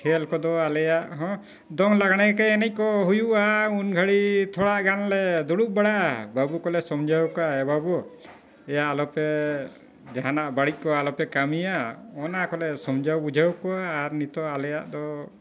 ᱠᱷᱮᱞ ᱠᱚᱫᱚ ᱟᱞᱮᱭᱟᱜ ᱦᱚᱸ ᱫᱚᱝ ᱞᱟᱜᱽᱬᱮ ᱠᱮ ᱮᱱᱮᱡ ᱠᱚ ᱦᱩᱭᱩᱜᱼᱟ ᱩᱱ ᱜᱷᱟᱹᱲᱤᱡ ᱛᱷᱚᱲᱟᱜᱟᱱ ᱞᱮ ᱫᱩᱲᱩᱵ ᱵᱟᱲᱟᱜᱼᱟ ᱵᱟᱹᱵᱩ ᱠᱚᱞᱮ ᱥᱚᱢᱡᱷᱟᱹᱣ ᱮ ᱵᱟᱹᱵᱩ ᱮᱭᱟ ᱟᱞᱚᱯᱮ ᱡᱟᱦᱟᱱᱟᱜ ᱵᱟᱹᱲᱤᱡ ᱠᱚ ᱟᱞᱚᱯᱮ ᱠᱟᱹᱢᱤᱭᱟ ᱚᱱᱟ ᱠᱚᱞᱮ ᱥᱚᱢᱡᱷᱟᱹᱣ ᱵᱩᱡᱷᱟᱹᱣ ᱠᱚᱣᱟ ᱟᱨ ᱱᱤᱛᱳᱜ ᱟᱞᱮᱭᱟᱜ ᱫᱚ